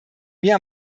mir